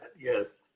yes